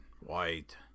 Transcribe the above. White